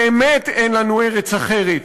באמת אין לנו ארץ אחרת,